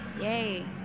Yay